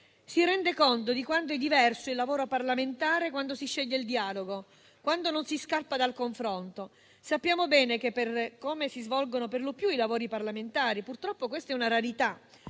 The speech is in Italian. si rende conto di quanto è diverso il lavoro parlamentare quando si sceglie il dialogo, quando non si scappa dal confronto. Sappiamo bene che, per come si svolgono per lo più i lavori parlamentari, purtroppo questa è una rarità.